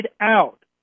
out